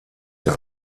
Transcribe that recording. der